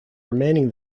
remaining